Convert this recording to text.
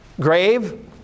grave